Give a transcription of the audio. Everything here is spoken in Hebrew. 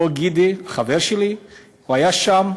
אותו גידי, חבר שלי, הוא היה שם.